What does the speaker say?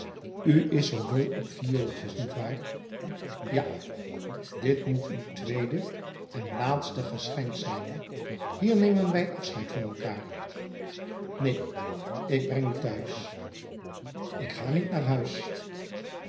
is zoo dol op viooltjes niet waar ja dit moet uw tweede en laatste geschenk zijn hier nemen wij afscheid van elkaâr neen ik breng u thuis ik ga niet naar huis